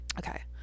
Okay